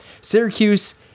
Syracuse